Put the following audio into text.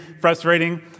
frustrating